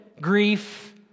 grief